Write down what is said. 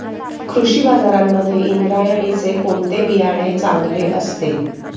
कृषी बाजारांमध्ये इंद्रायणीचे कोणते बियाणे चांगले असते?